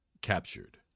captured